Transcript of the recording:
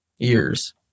years